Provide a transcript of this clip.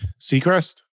Seacrest